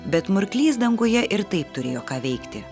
bet murklys danguje ir taip turėjo ką veikti